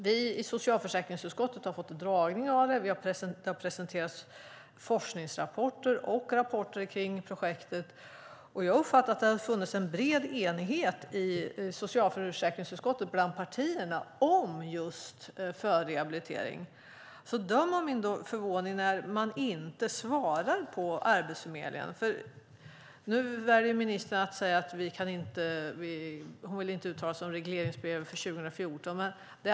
Vi i socialförsäkringsutskottet har fått dragningar av det, och det har presenterats forskningsrapporter och rapporter kring projektet. Jag har uppfattat att det har funnits en bred enighet i socialförsäkringsutskottet bland partierna om just förrehabilitering. Döm då om min förvåning när man inte svarar Arbetsförmedlingen. Nu väljer ministern att säga att hon inte vill uttala sig om regleringsbrevet för 2014.